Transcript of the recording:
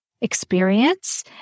experience